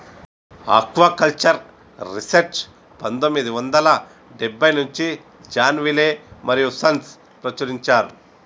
aquaculture research పందొమ్మిది వందల డెబ్బై నుంచి జాన్ విలే మరియూ సన్స్ ప్రచురించారు